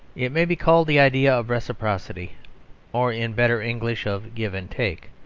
it may be called the idea of reciprocity or, in better english, of give and take.